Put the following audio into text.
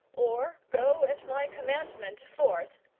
or go at my commandment forth,